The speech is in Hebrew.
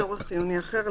צורך חיוני אחר,